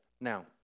Now